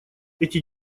эти